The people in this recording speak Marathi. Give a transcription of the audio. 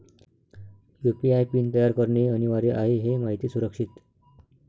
यू.पी.आय पिन तयार करणे अनिवार्य आहे हे माहिती सुरक्षित